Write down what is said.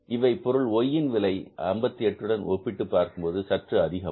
இவை பொருள் Y யின் விலை ரூபாய் 58 உடன் ஒப்பிட்டுப் பார்க்கும்போது சற்று அதிகம்